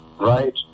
right